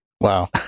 Wow